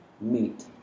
meet